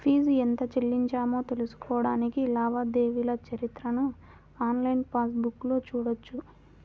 fee ఎంత చెల్లించామో తెలుసుకోడానికి లావాదేవీల చరిత్రను ఆన్లైన్ పాస్ బుక్లో చూడొచ్చు